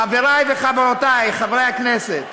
חברי וחברותי חברי הכנסת,